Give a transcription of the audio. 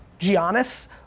Giannis